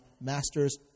master's